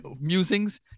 musings